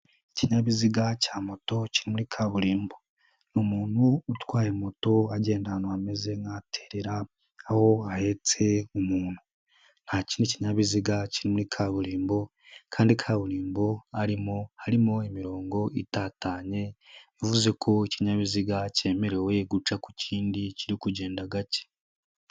Ikinyabiziga cya moto kiri muri kaburimbo, ni umuntu utwaye moto agenda ahantu hameze nk'ahaterera aho ahetse umuntu, nta kindi kinyabiziga kiri muri kaburimbo kandi kaburimbo arimo harimo imirongo itatanye bivuze ko ikinyabiziga cyemerewe guca ku kindi kiri kugenda gake.